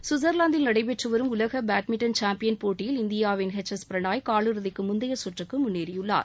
சுவிட்சர்லாந்தில் நடைபெற்று வரும் உலக பேட்மின்டன் சாம்பியன் போட்டியில் இந்தியாவின் ஹெச் எஸ் பிரணாய் காலிறுதிக்கு முந்தைய சுற்றுக்கு முன்னேறியுள்ளார்